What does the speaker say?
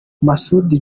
masud